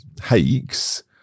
hikes